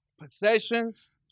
Possessions